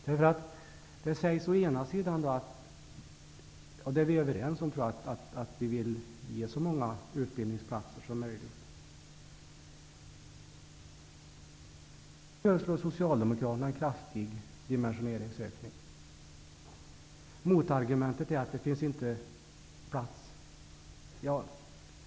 Det sägs, vilket jag tror att vi är överens om, att man vill erbjuda så många utbildningsplatser som möjligt. Socialdemokraterna föreslår en kraftig dimensioneringsökning. Motargumentet är att det inte finns plats.